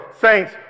Saints